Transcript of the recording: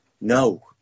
no